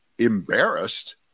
embarrassed